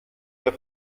der